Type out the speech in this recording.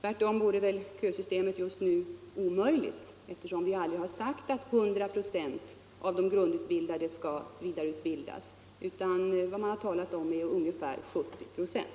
Tvärtom vore kösystemet just nu omöjligt, eftersom statsmakterna aldrig har sagt att 100 procent av de grundutbildade skall vidareutbildas, utan vad man har talat om är ungefär 70 procent.